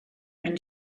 and